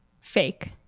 Fake